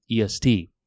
EST